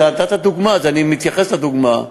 אתה נתת דוגמה, אז אני מתייחס לדוגמה.